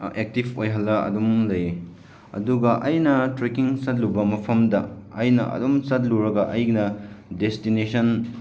active ꯑꯣꯏꯍꯜꯂ ꯑꯗꯨꯝ ꯂꯩ ꯑꯗꯨꯒ ꯑꯩꯅ ꯇ꯭ꯔꯦꯛꯀꯤꯡ ꯆꯠꯂꯨꯕ ꯃꯐꯝꯗ ꯑꯩꯅ ꯑꯗꯨꯝ ꯆꯠꯂꯨꯔꯒ ꯑꯩꯅ ꯗꯦꯁꯇꯤꯅꯦꯁꯟ